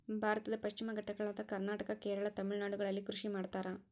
ಭಾರತದ ಪಶ್ಚಿಮ ಘಟ್ಟಗಳಾದ ಕರ್ನಾಟಕ, ಕೇರಳ, ತಮಿಳುನಾಡುಗಳಲ್ಲಿ ಕೃಷಿ ಮಾಡ್ತಾರ?